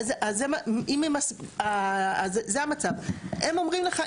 הם אומרים לך,